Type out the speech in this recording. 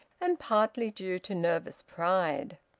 and partly due to nervous pride.